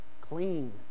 clean